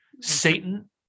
Satan